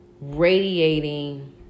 radiating